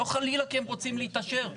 לא חלילה כי הם רוצים להתעשר.